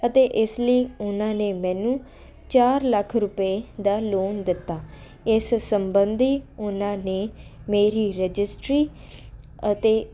ਅਤੇ ਇਸ ਲਈ ਉਹਨਾਂ ਨੇ ਮੈਨੂੰ ਚਾਰ ਲੱਖ ਰੁਪਏ ਦਾ ਲੋਨ ਦਿੱਤਾ ਇਸ ਸੰਬੰਧੀ ਉਨਾਂ ਨੇ ਮੇਰੀ ਰਜਿਸਟਰੀ ਅਤੇ